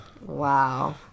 Wow